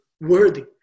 worthy